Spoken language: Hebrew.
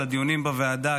לדיונים בוועדה,